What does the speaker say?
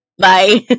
Bye